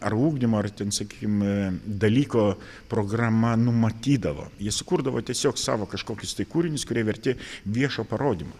ar ugdymo ar ten sakykim ee dalyko programa numatydavo jie sukurdavo tiesiog savo kažkokius tai kūrinius kurie verti viešo parodymo